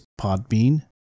Podbean